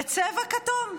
בצבע כתום.